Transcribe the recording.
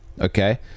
okay